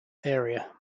area